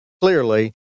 clearly